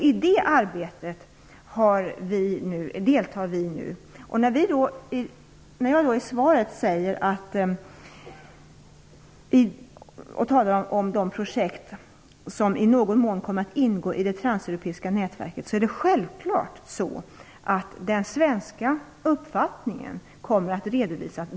I det arbetet deltar vi. Jag talar i svaret om projekt som i någon mån kommer att ingå i det transeuropeiska nätverket. Självklart kommer den svenska uppfattningen att redovisas.